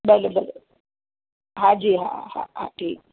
भले भले हा जी हा हा हा ठीकु आहे